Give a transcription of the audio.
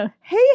Hey